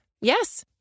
Yes